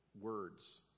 words